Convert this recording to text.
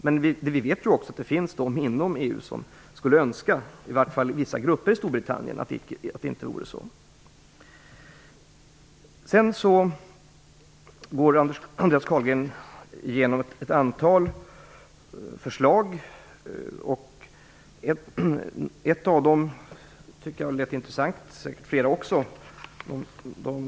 Men vi vet att det finns de - i vart fall inom vissa grupper i Storbritannien inom EU - som skulle önska att det inte vore så. Andreas Carlgren gick igenom ett antal förslag. Ett och kanske flera av förslagen tyckte jag lät intressanta.